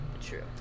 true